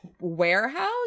warehouse